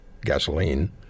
gasoline